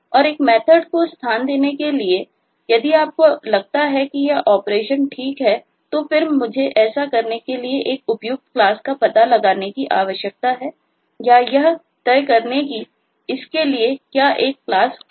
और एक मेथर्ड किया जा सकता हो